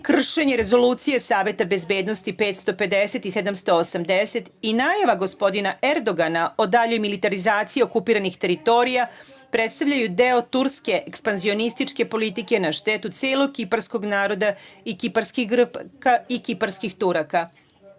kršenje Rezolucije Saveta bezbednosti 550 i 780 i najava gospodina Erdogana o daljoj militarizaciji okupiranih teritorija predstavljaju deo turske ekspanzionističke politike na štetu celog kiparskog naroda i kiparskih Grka